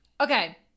Okay